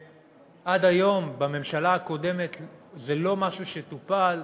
עד היום, בממשלה הקודמת זה לא היה משהו שטופל,